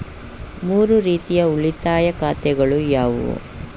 ಮೂರು ರೀತಿಯ ಉಳಿತಾಯ ಖಾತೆಗಳು ಯಾವುವು?